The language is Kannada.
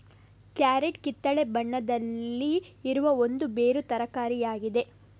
ಕ್ಯಾರೆಟ್ ಕಿತ್ತಳೆ ಬಣ್ಣದಲ್ಲಿ ಇರುವ ಒಂದು ಬೇರು ತರಕಾರಿ ಆಗಿದೆ